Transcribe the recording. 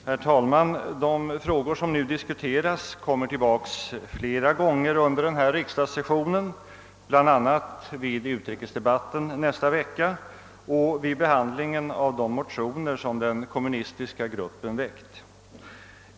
Herr talman! De frågor som nu diskuteras kommer tillbaka flera gånger under den här riksdagssessionen, bl.a. vid utrikesdebatten nästa vecka och vid behandlingen av de motioner som den kommunistiska gruppen väckt.